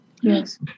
Yes